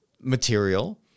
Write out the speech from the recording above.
material